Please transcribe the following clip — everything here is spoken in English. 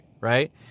right